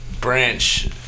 branch